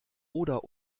oder